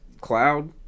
cloud